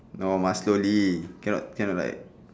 no must slowly cannot cannot like